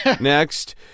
next